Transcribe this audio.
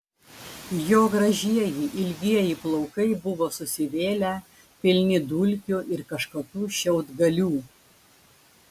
jo gražieji ilgieji plaukai buvo susivėlę pilni dulkių ir kažkokių šiaudgalių